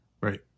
Right